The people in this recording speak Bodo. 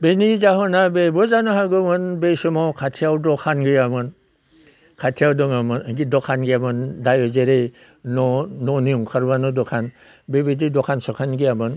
बेनि जाहोना बेबो जानो हागौ बे समाव खाथियाव दखान गैयामोन खाथियाव दङमोन दखान गैयामोन दा जेरै न'आव न'नियाव ओंखारब्लानो दखान बेबायदि दखान सखान गैयामोन